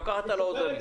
גם ככה אתה לא עוזר לי.